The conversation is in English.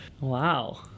Wow